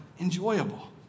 enjoyable